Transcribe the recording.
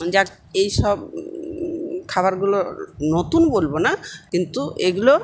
যাক এইসব খাবারগুলো নতুন বলবো না কিন্তু এগুলো